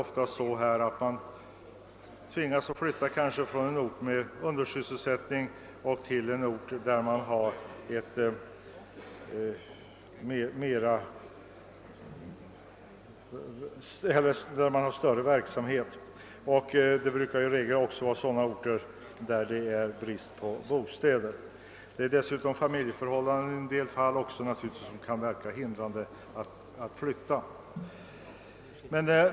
Ofta skulle det gälla att fiytta från en ort med undersysselsättning till en med mer omfattande verksamhet, och i regel blir det då fråga om en ort med brist på bostäder. Dessutom är många bundna vid exempelvis ett eget hem. I vissa fall kan givetvis även familjeförhållandena utgöra ett hinder för flyttning.